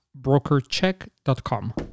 brokercheck.com